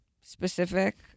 specific